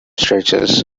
stretches